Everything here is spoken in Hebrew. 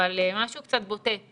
אבל משהו קצת בוטה,